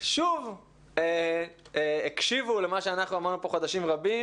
שוב הקשיבו למה שאנחנו אמרנו פה חודשים רבים